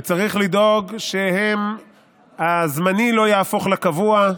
וצריך לדאוג שהזמני לא יהפוך לקבוע,